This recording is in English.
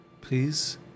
Please